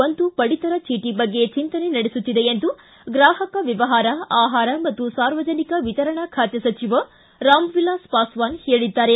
ಒಂದು ಪಡಿತರ ಚೀಟ ಬಗ್ಗೆ ಚಿಂತನೆ ನಡೆಸುತ್ತಿದೆ ಎಂದು ಗ್ರಾಹಕ ವ್ಯವಹಾರ ಆಹಾರ ಮತ್ತು ಸಾರ್ವಜನಿಕ ವಿತರಣಾ ಖಾತೆ ಸಚಿವ ರಾಮ್ ವಿಲಾಸ್ ಪಾಸ್ವಾನ್ ಹೇಳಿದ್ದಾರೆ